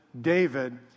David